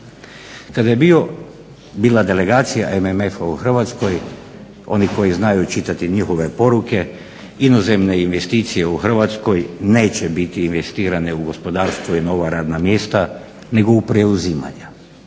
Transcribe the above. Kada je bila delegacija MMF-a u Hrvatskoj oni koji znaju čitati njihove poruke inozemne investicije u Hrvatskoj neće biti investirano u gospodarstvo i nova radna mjesta, nego u preuzimanja.